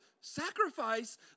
sacrifice